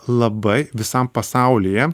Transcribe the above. labai visam pasaulyje